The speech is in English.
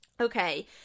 Okay